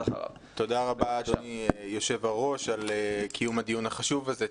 תודה רבה יושב הראש על קיום הדיון החשוב הזה.